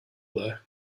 there